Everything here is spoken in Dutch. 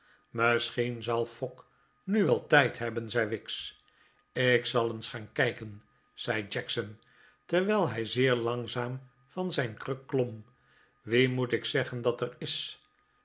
misschien zal fogg nu wel tijd hebben zei wicks ik zal eens gaan kijken zei jackson terwijl hij zeer langzaam van zijn kruk klom wie moet ik zeggen dat er is